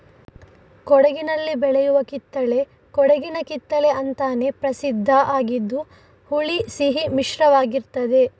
ಕೊಡಗಿನಲ್ಲಿ ಬೆಳೆಯುವ ಕಿತ್ತಳೆ ಕೊಡಗಿನ ಕಿತ್ತಳೆ ಅಂತಾನೇ ಪ್ರಸಿದ್ಧ ಆಗಿದ್ದು ಹುಳಿ ಸಿಹಿ ಮಿಶ್ರಿತವಾಗಿರ್ತದೆ